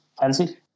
Fancy